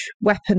weapon